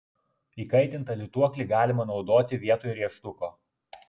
įkaitintą lituoklį galima naudoti vietoj rėžtuko